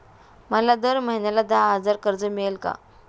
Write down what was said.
मला दर महिना दहा हजार कर्ज मिळेल का?